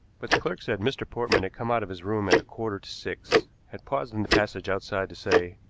but the clerk said mr. portman had come out of his room at a quarter to six, had paused in the passage outside to say,